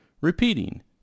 Repeating